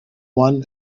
won